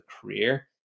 career